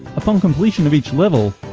a fun completion of each level,